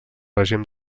règim